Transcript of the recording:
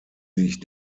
sich